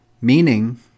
Meaning